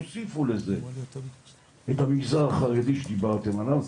תוסיפו לזה את המגזר החרדי שדיברתם עליו,